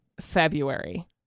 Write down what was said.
February